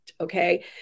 Okay